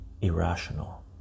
irrational